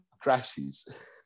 crashes